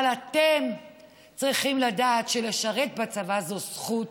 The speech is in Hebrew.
אבל אתם צריכים לדעת שלשרת בצבא זה זכות